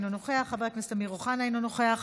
אינו נוכח,